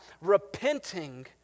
repenting